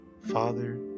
Father